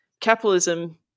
capitalism